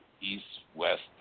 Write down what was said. East-West